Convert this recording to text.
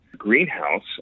greenhouse